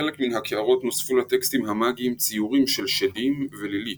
בחלק מן הקערות נוספו לטקסטים המאגיים ציורים של שדים ולילית,